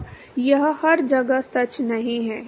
अब यह हर जगह सच नहीं है